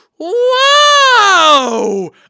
whoa